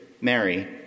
Mary